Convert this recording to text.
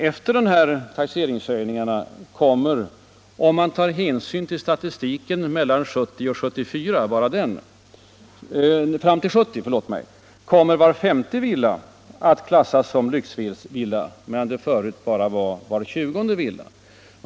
Efter de här taxeringshöjningarna kommer - om man tar hänsyn till statistiken fram till 1970 — var femte villa att klassas som lyxvilla, medan det förut var bara var tjugonde villa.